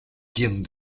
quien